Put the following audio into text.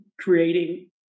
creating